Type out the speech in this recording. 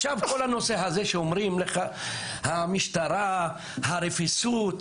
כל הנושא של המשטרה והרפיסות,